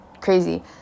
crazy